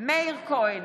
מאיר כהן,